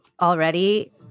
already